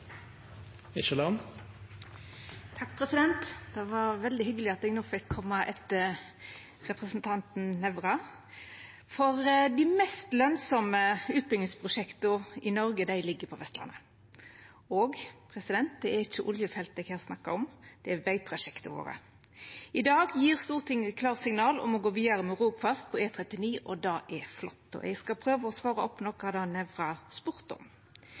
Nævra, for dei mest lønsame utbyggingsprosjekta i Noreg ligg på Vestlandet. Det er ikkje oljefelt eg her snakkar om, det er vegprosjekta våre. I dag gjev Stortinget klarsignal om å gå vidare med Rogfast på E39, og det er flott. Eg skal prøva å svara opp noko av det Nævra spurde om.